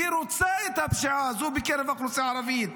היא רוצה את הפשיעה הזו בקרב האוכלוסייה הערבית.